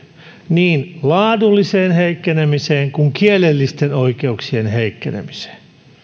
niin laadulliseen heikkenemiseen kuin kielellisten oikeuksien heikkenemiseen